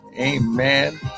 amen